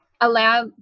allow